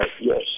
Yes